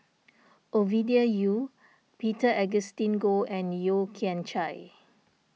Ovidia Yu Peter Augustine Goh and Yeo Kian Chye